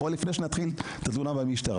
לפני שנתחיל את התלונה במשטרה.